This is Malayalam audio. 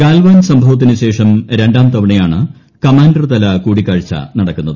ഗാൽവാൻ സംഭവത്തിന് ശേഷം രണ്ടാം തവണയാണ് കമാൻഡർ തല കൂടിക്കാഴ്ച നടക്കുന്നത്